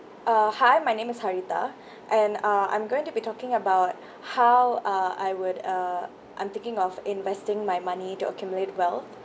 uh hi my name is harita and uh I'm going to be talking about how uh I would uh I'm thinking of investing my money to accumulate wealth